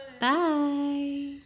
Bye